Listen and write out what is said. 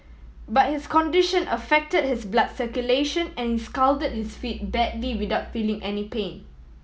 but his condition affected his blood circulation and scalded his feet badly without feeling any pain